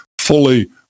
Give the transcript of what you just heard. fully